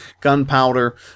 gunpowder